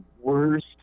worst